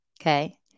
okay